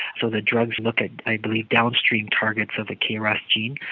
so the drugs look at i believe downstream targets of the kras gene.